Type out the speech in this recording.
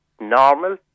normal